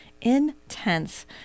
intense